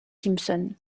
simpson